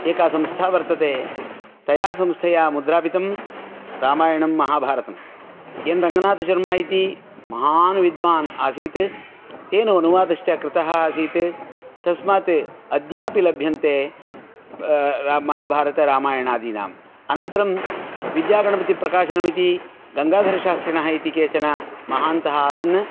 एका संस्था वर्तते तया संस्थया मुद्रापितं रामायणं महाभारतं एन् रङ्गनाथशर्मा इति महान् विद्वान् आसीत् तेन अनुवादश्च कृतः आसीत् तस्मात् अद्यापि लभ्यन्ते महाभारतरामायणादीनाम् अनन्तरं विद्यागणपतिप्रकाशनम् इति गङ्गाधरशास्त्रिनः इति केचन महान्तः आसन्